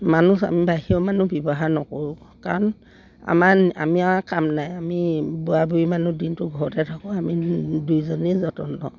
মানুহ আমি বাহিৰৰ মানুহ ব্যৱহাৰ নকৰোঁ কাৰণ আমাৰ আমি আমাৰ কাম নাই আমি বুঢ়া বুঢ়ী মানুহ দিনটো ঘৰতে থাকোঁ আমি দুয়োজনেই যতন লওঁ